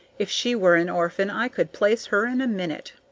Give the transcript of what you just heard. if she were an orphan, i could place her in a minute.